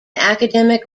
academic